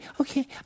okay